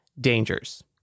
dangers